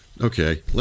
Okay